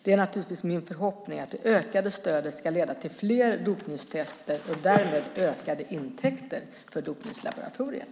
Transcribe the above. Det är naturligtvis min förhoppning att det ökade stödet ska leda till fler dopningstester och därmed ökade intäkter för dopningslaboratoriet.